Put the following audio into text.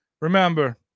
Remember